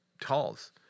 talls